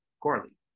Corley